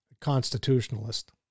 constitutionalist